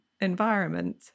environment